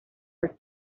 are